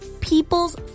people's